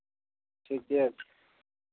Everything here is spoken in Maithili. ठीके छै